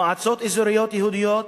מועצות אזוריות יהודיות,